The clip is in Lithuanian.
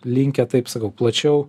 linkę taip sakau plačiau